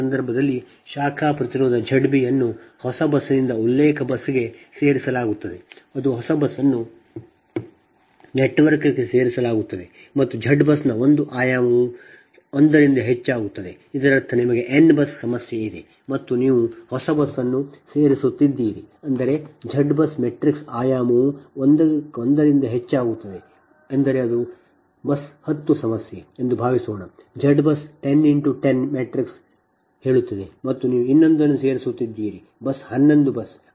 ಆದ್ದರಿಂದ ಈ ಸಂದರ್ಭದಲ್ಲಿ ಶಾಖೆ ಪ್ರತಿರೋಧ Z b ಅನ್ನು ಹೊಸ ಬಸ್ನಿಂದ ಉಲ್ಲೇಖ ಬಸ್ಗೆ ಸೇರಿಸಲಾಗುತ್ತದೆ ಅದು ಹೊಸ ಬಸ್ ಅನ್ನು ನೆಟ್ವರ್ಕ್ಗೆ ಸೇರಿಸಲಾಗುತ್ತದೆ ಮತ್ತು Z BUS ನ ಒಂದು ಆಯಾಮವು Z BUS ನ ಆಯಾಮವು ಒಂದರಿಂದ ಹೆಚ್ಚಾಗುತ್ತದೆ ಇದರರ್ಥ ನಿಮಗೆ n ಬಸ್ ಸಮಸ್ಯೆ ಇದೆ ಮತ್ತು ನೀವು ಹೊಸ ಬಸ್ ಅನ್ನು ಸೇರಿಸುತ್ತಿದ್ದೀರಿ ಎಂದರೆ Z BUS ಮ್ಯಾಟ್ರಿಕ್ಸ್ ಆಯಾಮವು ಒಂದರಿಂದ ಹೆಚ್ಚಾಗುತ್ತದೆ ಎಂದರೆ ಅದು 10 ಬಸ್ ಸಮಸ್ಯೆ ಎಂದು ಭಾವಿಸೋಣ Z BUS 10 × 10 ಮ್ಯಾಟ್ರಿಕ್ಸ್ ಹೇಳುತ್ತದೆ ಮತ್ತು ನೀವು ಇನ್ನೊಂದನ್ನು ಸೇರಿಸುತ್ತಿದ್ದೀರಿ ಬಸ್ 11 ಬಸ್